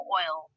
oil